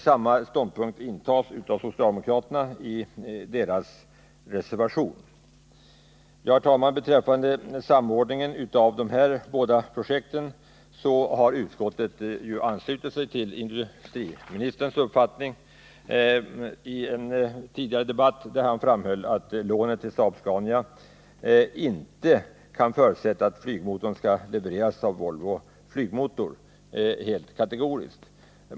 Samma ståndpunkt intas av socialdemokraterna i deras reservation. Beträffande samordningen av dessa båda projekt har utskottet anslutit sig till industriministerns uppfattning i en tidigare debatt, då han framhöll att lånet till Saab-Scania inte kan förutsätta att flygmotorerna skall levereras av Volvo Flygmotor genom tvingande villkor.